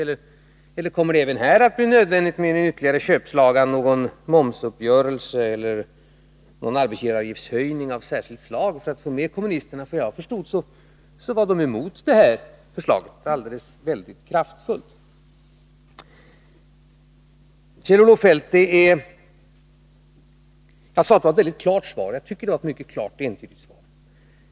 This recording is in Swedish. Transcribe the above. Eller kommer det även här att bli nödvändigt med en ytterligare köpslagan, någon momsuppgörelse eller någon arbetsgivaravgiftshöjning av särskilt slag, för att få med kommunisterna? Såvitt jag förstår motsatte de sig mycket starkt detta förslag. Jag sade att det var ett mycket klart svar, Kjell-Olof Feldt, och jag tycker att det är mycket klart och entydigt.